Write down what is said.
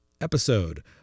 episode